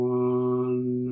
one